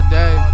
day